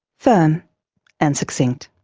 firm and succinct.